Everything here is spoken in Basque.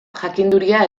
jakinduria